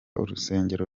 urusengero